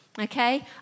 okay